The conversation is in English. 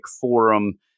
Forum